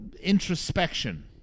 introspection